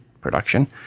production